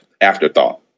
afterthought